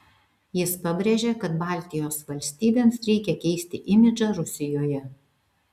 jis pabrėžė kad baltijos valstybėms reikia keisti imidžą rusijoje